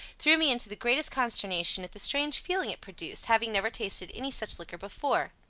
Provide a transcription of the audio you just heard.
threw me into the greatest consternation at the strange feeling it produced, having never tasted any such liquor before.